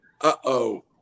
uh-oh